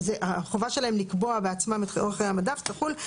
החובה שלהם לקבוע בעצמם את אורך חיי המדף תחול,